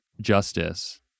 justice